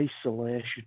isolation